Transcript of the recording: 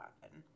happen